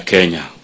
Kenya